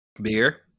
Beer